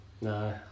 No